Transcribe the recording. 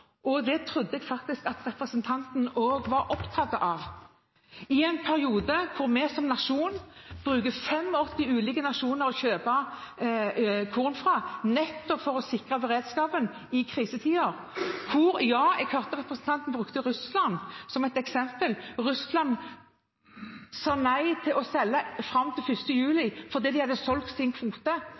Det trodde jeg faktisk at representanten også var opptatt av i en periode da vi som nasjon kjøper korn fra 85 ulike nasjoner, nettopp for å sikre beredskapen i krisetider. Jeg hørte representanten bruke Russland som et eksempel. Russland sa nei til å selge fram til 1. juli fordi de hadde solgt sin